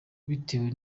bitewe